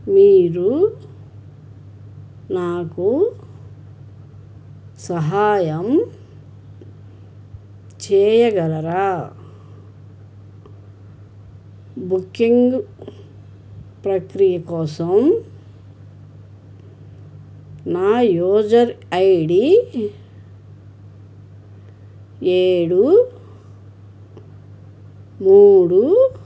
మీరు నాకు సహాయం చేయగలరా బుకింగ్ ప్రక్రియ కోసం నా యూజర్ ఐడి ఏడు మూడు